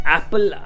Apple